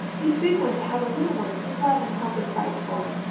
each big one to have a little one to love and help and fight for.